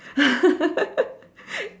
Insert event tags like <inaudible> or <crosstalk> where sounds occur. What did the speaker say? <laughs>